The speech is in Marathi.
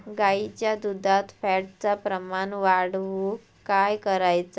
गाईच्या दुधात फॅटचा प्रमाण वाढवुक काय करायचा?